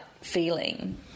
feeling